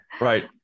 Right